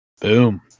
Boom